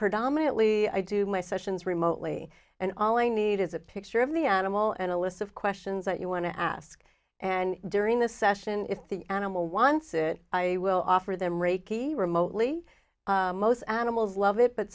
predominantly i do my sessions remotely and all i need is a picture of the animal and a list of questions that you want to ask and during the session if the animal wants it i will offer them reiki remotely most animals love it but